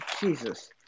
Jesus